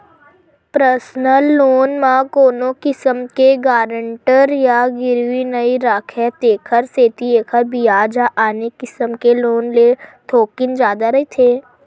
personal loan म कोनो किसम के गारंटर या गिरवी नइ राखय तेखर सेती एखर बियाज ह आने किसम के लोन ले थोकिन जादा रहिथे